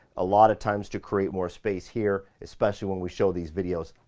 a lot of times to create more space here, especially when we show these videos.